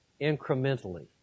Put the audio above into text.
incrementally